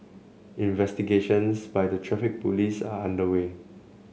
investigations by the Traffic Police are underway